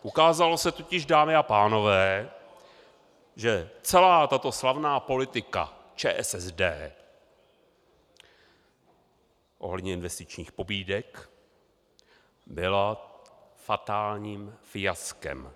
Ukázalo se totiž, dámy a pánové, že celá tato slavná politika ČSSD ohledně investičních pobídek byla fatálním fiaskem.